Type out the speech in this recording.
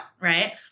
right